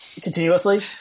continuously